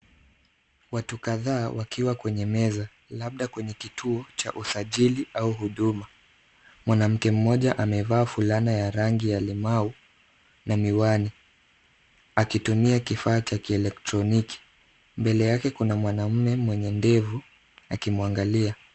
Watu kadhaa wakiwa kwenye meza, labda kwenye kituo cha usajili au huduma. Mwanamke mmoja amevaa fulana ya rangi ya limau na miwani, akitumia kifaa cha kielektroniki. Mbele yake kuna mwanamme mwenye ndevu akimwangalia.